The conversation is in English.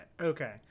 okay